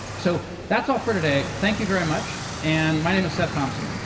so that's all for today. thank you very much. and my name is seth thompson.